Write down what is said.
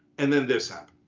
and then this